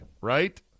right